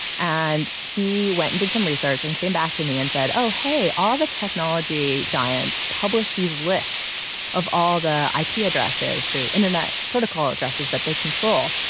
and he went and did some research and came back to me and said, oh hey, all the technology giants publish these list of all the ah ip addresses, the internet protocol addresses that they control.